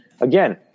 again